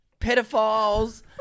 pedophiles